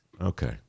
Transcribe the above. Okay